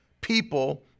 People